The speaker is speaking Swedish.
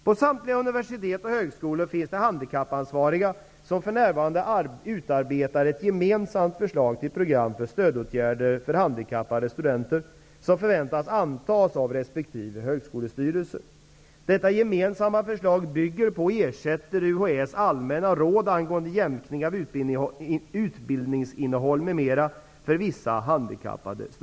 På samtliga universitet och högskolor finns det handikappansvariga som för närvarande utarbetar ett gemensamt förslag till program för stödåtgärder för handikappade studenter som föväntas antas av resp. högskolestyrelse. Detta gemensamma förslag bygger på och ersätter UHÄ:s allmänna råd angående jämkning av utbildningsinnehåll m.m.